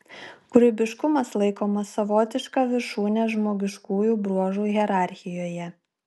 kūrybiškumas laikomas savotiška viršūne žmogiškųjų bruožų hierarchijoje